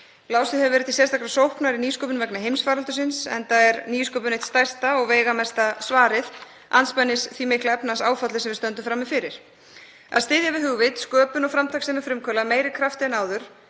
Blásið hefur verið til sérstakrar sóknar í nýsköpun vegna heimsfaraldursins, enda er nýsköpun eitt stærsta og veigamesta svarið andspænis því mikla efnahagsáfalli sem við stöndum frammi fyrir. Að styðja við hugvit, sköpun og framtakssemi frumkvöðla af meiri krafti en áður